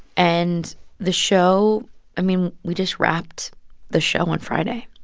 and the show i mean, we just wrapped the show on friday